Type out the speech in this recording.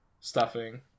stuffing